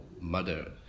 mother